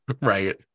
Right